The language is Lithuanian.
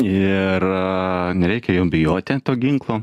ir nereikia jum bijoti to ginklo